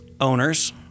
owners